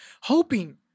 hoping